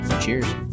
Cheers